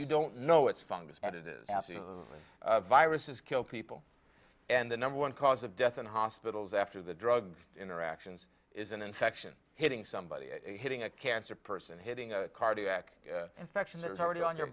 who don't know it's fungus and it is absolutely viruses kill people and the number one cause of death in hospitals after the drug interactions is an infection hitting somebody hitting a cancer person hitting a cardiac infection that was already on your